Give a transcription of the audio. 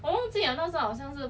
我忘记了那时候好像是